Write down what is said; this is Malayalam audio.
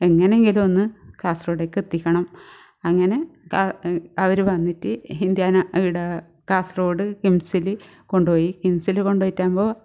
എങ്ങനെങ്കിലും ഒന്ന് കാസർഗോഡേക്ക് എത്തിക്കണം അങ്ങനെ ക അവർ വന്നിട്ട് ഇന്ത്യാന ഇവിടെ കാസർഗോഡ് കിംസിൽ കൊണ്ട് പോയി കിംസിൽ കൊണ്ട് പോയിട്ടാകുമ്പോൾ